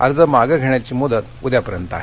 अर्ज मागे घेण्याची मुदत उद्यापर्यंत आहे